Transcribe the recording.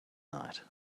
night